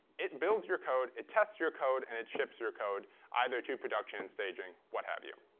it builds your code, it tests your code, and it ships your code either to production and staging, what have you.